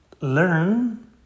learn